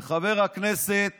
וחבר הכנסת